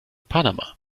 panama